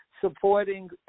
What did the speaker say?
Supporting